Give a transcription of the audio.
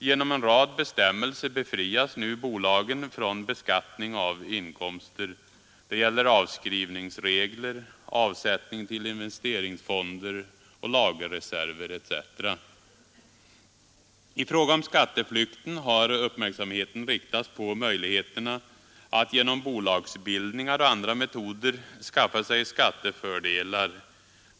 Genom en rad bestämmelser befrias nu bolagen från beskattning av inkomster. Det gäller avskrivningsregler, avsättning till investeringsfonder och lagerreserver etc. I fråga om skatteflykten har uppmärksamheten riktats på möjligheterna att genom bolagsbildningar och andra metoder skaffa sig skattefördelar.